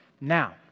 Now